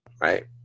Right